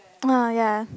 oh ya